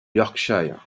yorkshire